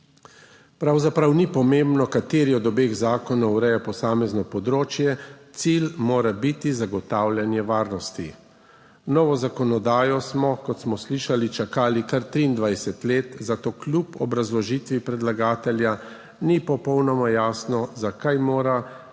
Pravzaprav ni pomembno, kateri od obeh zakonov ureja posamezno področje, cilj mora biti zagotavljanje varnosti. Novo zakonodajo smo, kot smo slišali, čakali kar 23 let, zato kljub obrazložitvi predlagatelja ni popolnoma jasno, zakaj mora